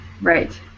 Right